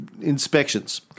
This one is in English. inspections